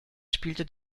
spielte